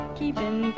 keeping